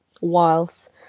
whilst